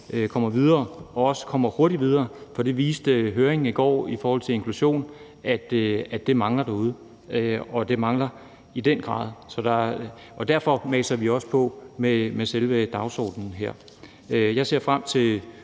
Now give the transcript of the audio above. kommer videre og også kommer hurtigt videre, for høringen i går viste, at det i den grad mangler derude i forhold til inklusion. Og derfor maser vi også på med selve dagsordenen her. Jeg ser frem til